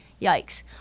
yikes